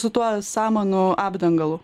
su tuo samanų apdangalu